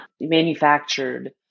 manufactured